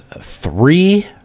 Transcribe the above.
three